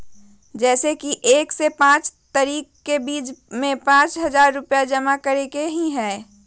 जैसे कि एक से पाँच तारीक के बीज में पाँच हजार रुपया जमा करेके ही हैई?